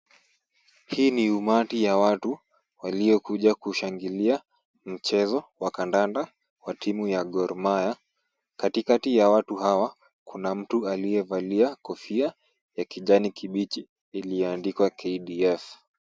Hii ni umati ya watu waliokuja kushangilia mchezo wa kandanda wa timu ya Gor Mahia. Katikati ya watu hawa, kuna mtu aliyevalia kofia ya kijani kibichi iliyoandikwa KDF.